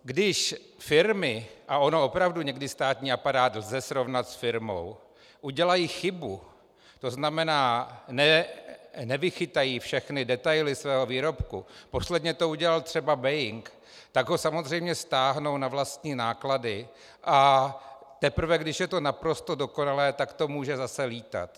Když firmy, a ono opravdu někdy státní aparát lze srovnat s firmou, udělají chybu, to znamená, nevychytají všechny detaily svého výrobku, posledně to udělal třeba Boeing, tak ho samozřejmě stáhnou na vlastní náklady, a teprve když je to naprosto dokonalé, tak to může zase lítat.